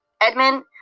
Edmund